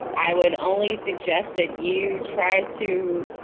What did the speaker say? i would only suggest that you try to.